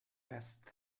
best